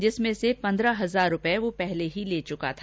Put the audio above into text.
जिसमें पन्द्रह हजार रूपए वह पहले ले चुका था